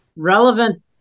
relevant